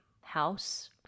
house